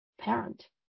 parent